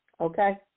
okay